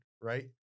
right